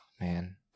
man